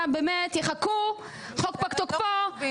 לא כותבים שום דבר.